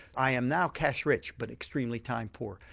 i am now cash rich but extremely time-poor,